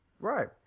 Right